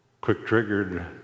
quick-triggered